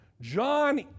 John